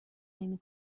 نمی